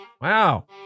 Wow